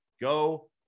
go